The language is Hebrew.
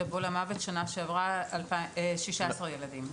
בשנה שעברה טבעו למוות 16 ילדים.